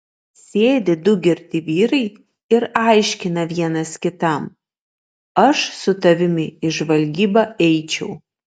sėdi du girti vyrai ir aiškina vienas kitam aš su tavimi į žvalgybą eičiau